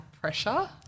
pressure